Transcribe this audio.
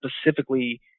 specifically